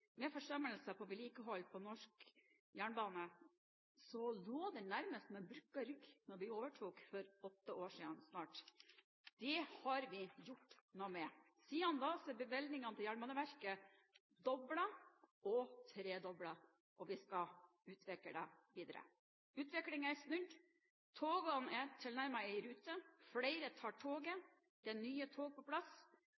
tiårige forsømmelser vil jeg rette det til – av vedlikeholdet av norsk jernbane, lå den nærmest med brukket rygg da vi overtok for snart åtte år siden. Det har vi gjort noe med. Siden da er bevilgningene til jernbaneverket doblet og tredoblet, og vi skal utvikle det videre. Utviklingen er snudd: Togene er tilnærmet i rute, flere tar toget,